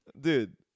Dude